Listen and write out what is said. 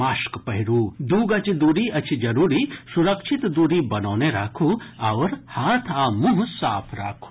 mask पहिरू दू गज दूरी अछि जरूरी सुरक्षित दूरी बनौने राखू आओर हाथ आ मुंह साफ राखू